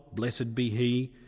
blessed be he,